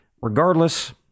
Regardless